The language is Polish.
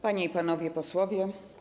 Panie i Panowie Posłowie!